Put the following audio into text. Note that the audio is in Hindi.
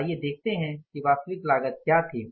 आइए देखते है कि वास्तविक लागत क्या थी